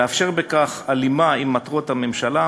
ולאפשר בכך הלימה עם מטרות הממשלה,